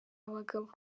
abagabo